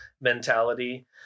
mentality